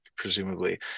presumably